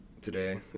today